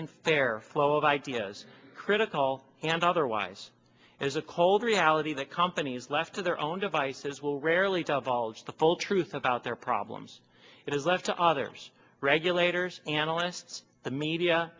and fair flow of ideas critical and otherwise as a cold reality that companies left to their own devices will rarely divulge the full truth about their problems it is left to others regulators analysts the media